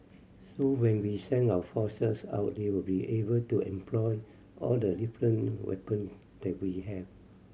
so when we send our forces out they will be able to employ all the different weapon that we have